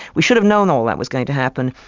we should have known all that was going to happen.